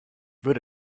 würde